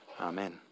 Amen